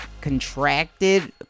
contracted